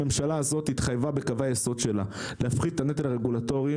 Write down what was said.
הממשלה הזאת התחייבה בקווי היסוד שלה להפחית את הנטל הרגולטורי,